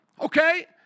okay